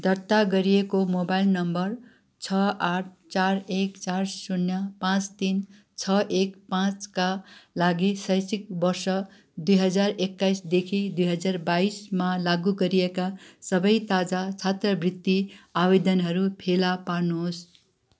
दर्ता गरिएको mobile number छ आठ चार एक चार शून्य पाँच तिन छ एक पाँचका लागि शैक्षिक वर्ष दुई हजार एक्काइसदेखि दुई हजार बाइसमा लागु गरिएका सबै ताजा छात्रवृत्ति आवेदनहरू फेला पार्नुहोस्